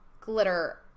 glitter